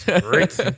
Great